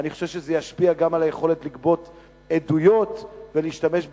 זה ישפיע גם על היכולת לגבות עדויות ולהשתמש,